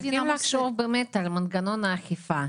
צריך לחשוב על מנגנון האכיפה.